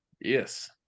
yes